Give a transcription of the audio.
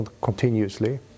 continuously